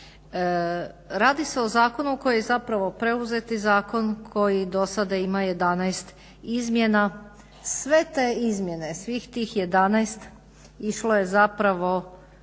Radi se o zakonu koji je zapravo preuzeti zakon koji do sada ima 11 izmjena. Sve te izmjene svih tih 11 išlo je zapravo